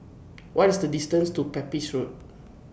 What IS The distance to Pepys Road